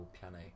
piano